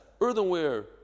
earthenware